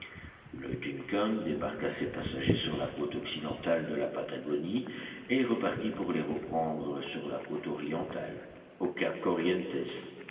le duncan débarqua ses passagers sur la côte occidentale de la patagonie et repartit pour les reprendre sur la côte orientale au cap